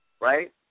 right